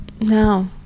No